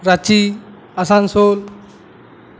Ranchi Asansol